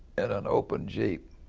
and an open jeep,